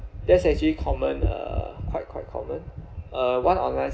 that's actually common uh quite quite common uh one online